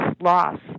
loss